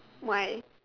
why